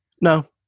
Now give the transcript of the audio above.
No